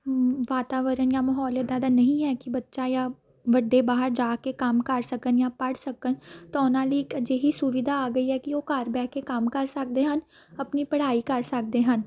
ਵਾਤਾਵਰਣ ਜਾਂ ਮਾਹੌਲ ਇੱਦਾਂ ਦਾ ਨਹੀਂ ਹੈ ਕਿ ਬੱਚਾ ਜਾਂ ਵੱਡੇ ਬਾਹਰ ਜਾ ਕੇ ਕੰਮ ਕਰ ਸਕਣ ਜਾਂ ਪੜ੍ਹ ਸਕਣ ਤਾਂ ਉਹਨਾਂ ਲਈ ਇੱਕ ਅਜਿਹੀ ਸੁਵਿਧਾ ਆ ਗਈ ਹੈ ਕਿ ਉਹ ਘਰ ਬਹਿ ਕੇ ਕੰਮ ਕਰ ਸਕਦੇ ਹਨ ਆਪਣੀ ਪੜ੍ਹਾਈ ਕਰ ਸਕਦੇ ਹਨ